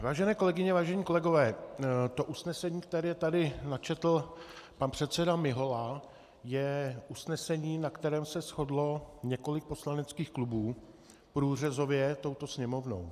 Vážené kolegyně, vážení kolegové, to usnesení, které tady načetl pan předseda Mihola, je usnesení, na kterém se shodlo několik poslaneckých klubů průřezově touto Sněmovnou.